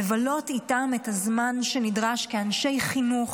לבלות איתם את הזמן שנדרש כאנשי חינוך,